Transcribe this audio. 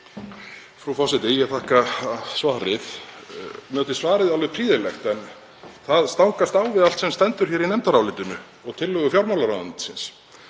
Frú forseti. Ég þakka svarið. Mér þótti svarið alveg prýðilegt en það stangast á við allt sem stendur í nefndarálitinu og tillögu fjármálaráðuneytisins.